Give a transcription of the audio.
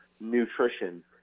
nutrition